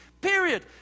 Period